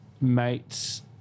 mates